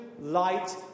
light